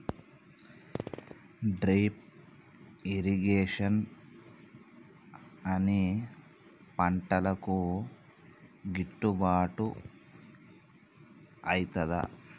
Drip irrigation అన్ని పంటలకు గిట్టుబాటు ఐతదా?